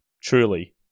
truly